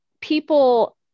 people